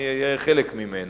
אני אהיה חלק ממנה.